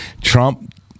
Trump